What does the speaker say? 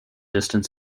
distant